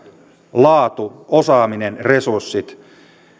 laatu osaaminen ja resurssit